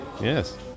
Yes